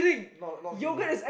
not not kidding